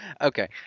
okay